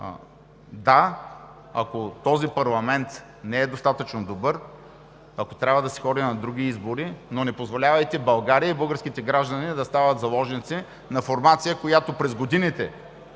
Да, ако този парламент не е достатъчно добър, ако трябва да се ходи на други избори, но не позволявайте България и българските граждани да стават заложници на формация, която през годините,